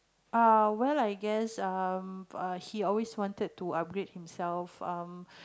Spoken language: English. uh well I guess um he always wanted to upgrade himself um